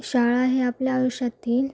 शाळा ही आपल्या आयुष्यातील